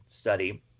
study